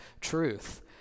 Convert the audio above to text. truth